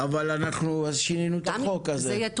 אבל שינינו את החוק הזה,